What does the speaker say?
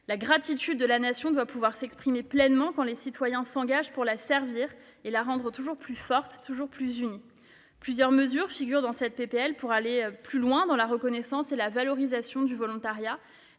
La gratitude de la Nation doit pouvoir s'exprimer pleinement quand les citoyens s'engagent pour la servir et la rendre toujours plus forte et toujours plus unie. Plusieurs mesures figurent dans cette PPL pour aller plus loin dans la reconnaissance et la valorisation du volontariat,